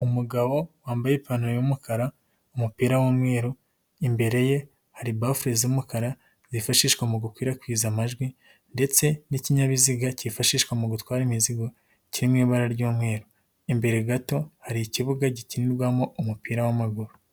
Umugabo wambaye ipantaro y'umukara, umupira w'umweru, imbere ye hari bafure z'umukara zifashishwa mu gukwirakwiza amajwi ndetse n'ikinyabiziga cyifashishwa mu gutwara imizigo kiri mu ibara ry'umweru, imbere gato hari ikibuga gikinirwamo umupira w'amaguru.